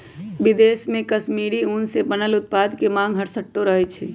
विदेश में कश्मीरी ऊन से बनल उत्पाद के मांग हरसठ्ठो रहइ छै